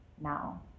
now